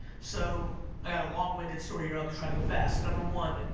so long winded story here, i'll try to go fast. number one,